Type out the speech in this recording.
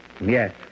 Yes